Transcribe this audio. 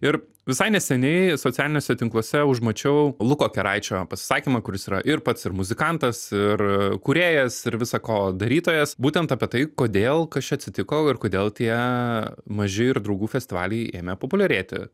ir visai neseniai socialiniuose tinkluose užmačiau luko keraičio pasisakymą kuris yra ir pats ir muzikantas ir kūrėjas ir visa ko darytojas būtent apie tai kodėl kas čia atsitiko ir kodėl tie maži ir draugų festivaliai ėmė populiarėti